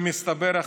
ומסתבר,